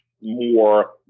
more